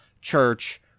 church